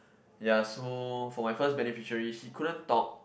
ya so for my first beneficiary he couldn't talk